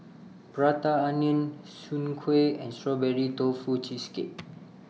Prata Onion Soon Kuih and Strawberry Tofu Cheesecake